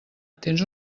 tens